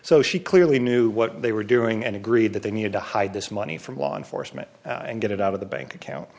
so she clearly knew what they were doing and agreed that they needed to hide this money from law enforcement and get it out of the bank